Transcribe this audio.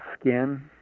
skin